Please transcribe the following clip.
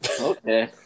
Okay